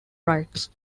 rights